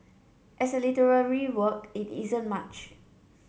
as a literary work it isn't much